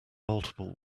multiple